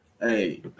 Hey